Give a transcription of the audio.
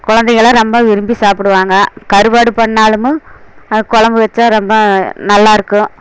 குழந்தைகலாம் ரொம்ப விரும்பி சாப்பிடுவாங்க கருவாடு பண்ணாலாமும் அதை குழம்பு வைச்சா ரொம்ப நல்லா இருக்கும்